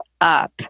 up